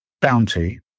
bounty